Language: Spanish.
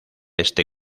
este